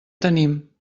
tenim